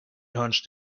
hunched